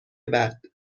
بعد